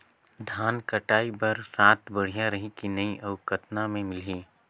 धान कटाई बर साथ बढ़िया रही की नहीं अउ कतना मे मिलही?